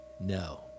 No